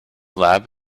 lab